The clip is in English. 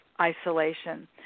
isolation